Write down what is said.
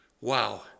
Wow